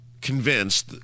convinced